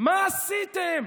מה עשיתם?